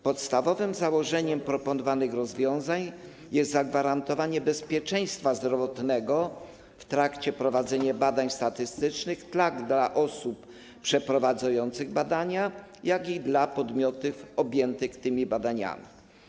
Podstawowym założeniem proponowanych rozwiązań jest zagwarantowanie bezpieczeństwa zdrowotnego w trakcie prowadzenia badań statystycznych tak osób przeprowadzających badania, jak i podmiotów objętych tymi badaniami.